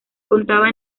contaba